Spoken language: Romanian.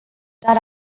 dar